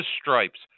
stripes